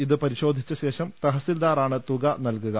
ഇത് പരിശോധിച്ച ശേഷം തഹസിൽദാറാണ് തുക നൽകുക